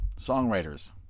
songwriters